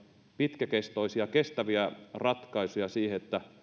pitkäkestoisia kestäviä ratkaisuja siihen että